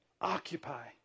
occupy